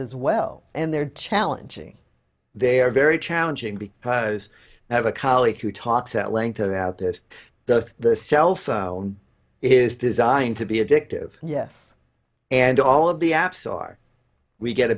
does well and they're challenging they're very challenging because they have a colleague who talks at length about this death the cell phone is designed to be addictive yes and all of the apps are we get